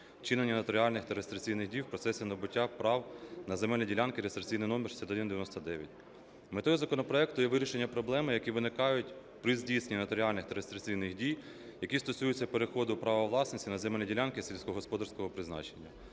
вчинення нотаріальних та реєстраційних дій в процесі набуття прав на земельні ділянки (реєстраційний номер 6199). Метою законопроекту є вирішення проблем, які виникають при здійсненні нотаріальних та реєстраційних дій, які стосуються переходу права власності на земельні ділянки сільськогосподарського призначення.